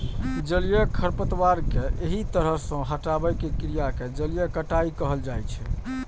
जलीय खरपतवार कें एहि तरह सं हटाबै के क्रिया कें जलीय कटाइ कहल जाइ छै